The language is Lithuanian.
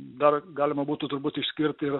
dar galima būtų turbūt išskirti